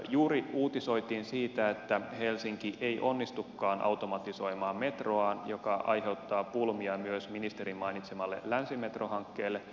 juuri uutisoitiin siitä että helsinki ei onnistukaan automatisoimaan metroaan mikä aiheuttaa pulmia myös ministerin mainitsemalle länsimetro hankkeelle